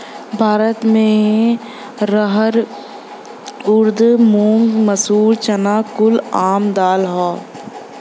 भारत मे रहर ऊरद मूंग मसूरी चना कुल आम दाल हौ